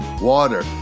water